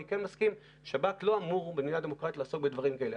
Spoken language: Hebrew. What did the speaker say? אני מסכים: השב"כ לא אמור במדינה דמוקרטית לעסוק בדברים כאלה.